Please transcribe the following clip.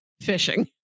fishing